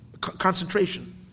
Concentration